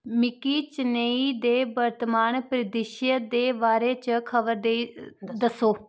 मिगी चेन्नई दे वर्तमान परिद्रिश्श दे बारे च खबर देई दस्सो